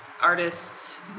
artists